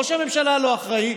ראש הממשלה לא אחראי,